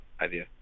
idea